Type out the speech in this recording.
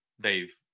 Dave